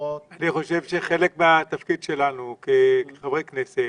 אני חושב שחלק מהתפקיד שלנו כחברי כנסת,